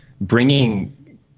bringing